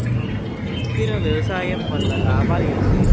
సుస్థిర వ్యవసాయం వల్ల లాభాలు ఏంటి?